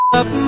up